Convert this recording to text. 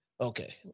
Okay